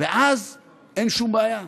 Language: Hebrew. ואז אין שום בעיה,